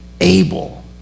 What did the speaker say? able